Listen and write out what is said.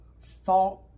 thought